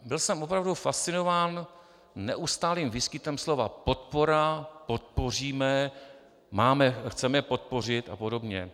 Byl jsem opravdu fascinován neustálým výskytem slova podpora, podpoříme, chceme podpořit apod.